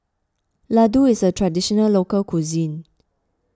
Ladoo is a Traditional Local Cuisine